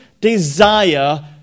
desire